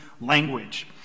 language